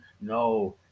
no